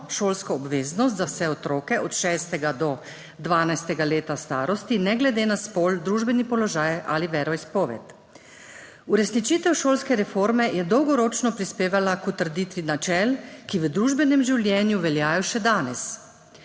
šolsko obveznost za vse otroke od 6. do 12. leta starosti, ne glede na spol, družbeni položaj ali veroizpoved. Uresničitev šolske reforme je dolgoročno prispevala k utrditvi načel, ki v družbenem življenju veljajo še danes: